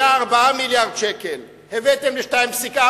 הוא היה 4 מיליארדי שקלים, הבאתם ל-2.4,